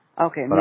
Okay